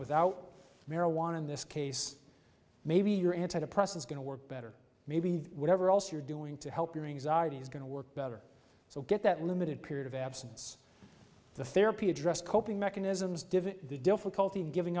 without marijuana in this case maybe your antidepressants going to work better maybe whatever else you're doing to help your anxiety is going to work better so get that limited period of absence the therapy addressed coping mechanisms divot the difficulty in giving